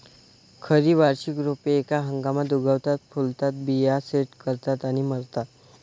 खरी वार्षिक रोपे एका हंगामात उगवतात, फुलतात, बिया सेट करतात आणि मरतात